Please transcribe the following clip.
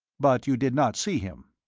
but you did not see him?